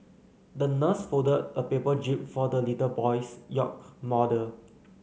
the nurse folded a paper jib for the little boy's yacht model